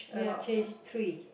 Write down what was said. ya change three